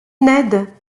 ned